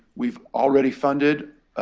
we've already funded